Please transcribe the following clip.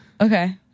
okay